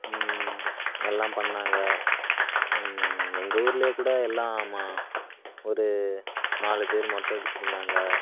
எல்லாம் பண்ணாங்க எங்கள் ஊர்லேயே கூட எல்லாம்மா ஒரு நாலு பேர் மொட்டை அடிச்சுருந்தாங்க